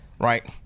Right